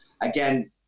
again